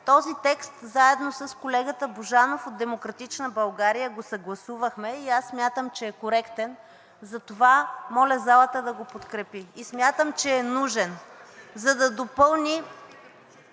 Този текст заедно с колегата Божанов от „Демократична България“ го съгласувахме и аз смятам, че е коректен, затова моля залата да го подкрепи. И смятам, че е нужен, за да допълни